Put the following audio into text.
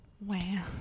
wow